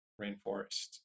rainforest